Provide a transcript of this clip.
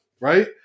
right